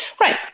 right